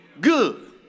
good